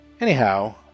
Anyhow